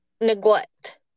neglect